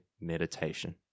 meditation